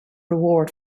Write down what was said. reward